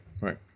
right